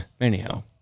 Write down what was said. Anyhow